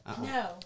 no